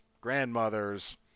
grandmothers